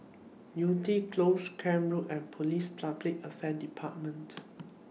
Yew Tee Close Camp Road and Police Public Affair department